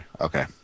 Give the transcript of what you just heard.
Okay